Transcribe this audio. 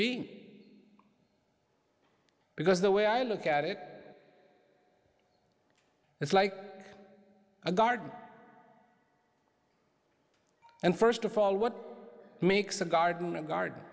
being because the way i look at it it's like a garden and first of all what makes a garden a garden